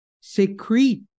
secrete